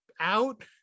out